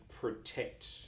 protect